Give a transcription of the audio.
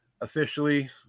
officially